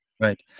Right